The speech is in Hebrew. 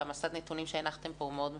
ומסד הנתונים שהנחתם פה הוא מאוד משמעותי.